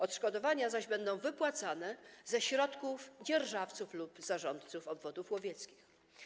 Odszkodowania zaś będą wypłacane ze środków dzierżawców lub zarządców obwodów łowieckich.